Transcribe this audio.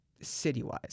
city-wise